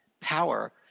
power